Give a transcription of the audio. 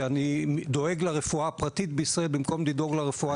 שאני דואג לרפואה הפרטית בישראל במקום לדאוג לרפואה הציבורית.